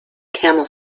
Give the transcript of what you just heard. camel